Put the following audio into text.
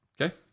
Okay